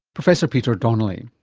professor peter donnelly.